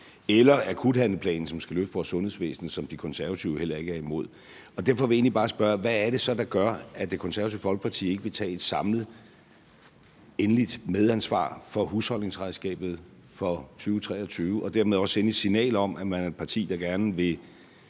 og akuthandleplanen, som skal løse vores sundhedsvæsen, og som De Konservative heller ikke er imod. Derfor vil jeg egentlig bare spørge: Hvad er det så, der gør, at Det Konservative Folkeparti ikke vil tage et samlet endeligt medansvar for husholdningsregnskabet for 2023 og dermed også sende et signal om, at man er et parti, der gerne vil